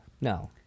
No